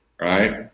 right